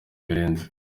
birenze